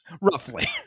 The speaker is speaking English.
Roughly